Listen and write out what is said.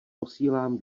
posílám